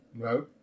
No